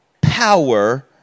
power